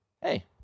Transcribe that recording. Hey